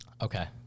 Okay